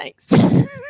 Thanks